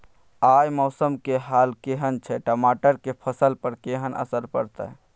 आय मौसम के हाल केहन छै टमाटर के फसल पर केहन असर परतै?